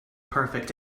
perfect